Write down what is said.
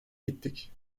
gittik